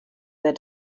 their